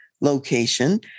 location